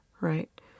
right